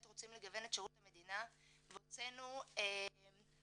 רוצים לגוון את שירות המדינה והוצאנו הנחיה